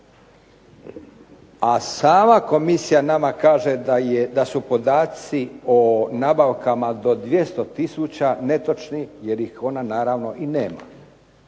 A sama komisija nama kaže da su podaci o nabavkama do 200 tisuća netočni, jer ih ona naravno i nema.